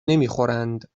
نمیخورند